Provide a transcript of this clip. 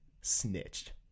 snitched